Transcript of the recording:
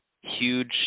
huge